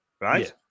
right